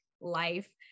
life